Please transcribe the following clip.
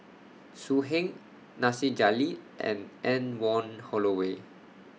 So Heng Nasir Jalil and Anne Wong Holloway